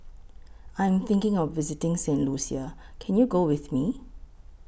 I Am thinking of visiting Saint Lucia Can YOU Go with Me